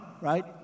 right